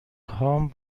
هام